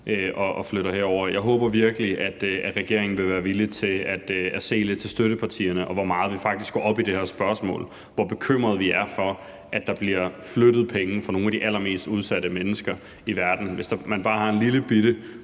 og flytter dem herover. Jeg håber virkelig, at regeringen vil være villig til at se lidt til støttepartierne og til, hvor meget vi faktisk går op i det her spørgsmål, og hvor bekymrede vi er for, at der bliver flyttet penge fra nogle af de allermest udsatte mennesker i verden. Hvis man bare har en lillebitte